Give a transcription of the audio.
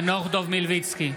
מלביצקי,